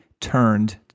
turned